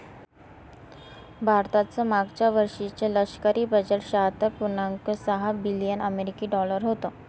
भारताचं मागच्या वर्षीचे लष्करी बजेट शहात्तर पुर्णांक सहा बिलियन अमेरिकी डॉलर होतं